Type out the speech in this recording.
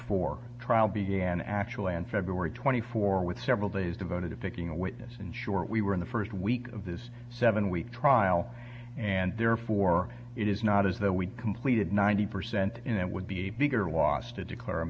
for trial began actually in february two thousand and four with several days devoted to picking a witness in short we were in the first week of this seven week trial and therefore it is not as though we completed ninety percent and that would be a bigger loss to declare